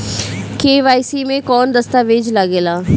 KYC मे कौन दश्तावेज लागेला?